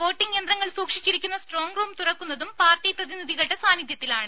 voting യന്ത്രങ്ങൾ സൂക്ഷിച്ചിരിക്കുന്ന strong room തുറക്കുന്നതും പാർട്ടി പ്രതിനിധികളുടെ സാന്നിധ്യത്തിലാണ്